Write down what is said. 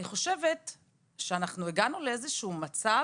אני חושבת שאנחנו הגענו לאיזה מצב